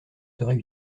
serait